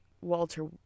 Walter